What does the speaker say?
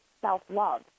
self-love